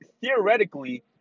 theoretically